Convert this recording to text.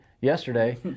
yesterday